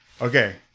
Okay